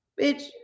Bitch